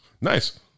Nice